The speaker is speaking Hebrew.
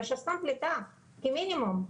ושסתום פליטה כמינימום.